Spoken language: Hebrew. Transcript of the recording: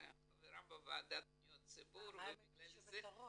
חברה בוועדת פניות הציבור --- היית פעמיים יושבת הראש.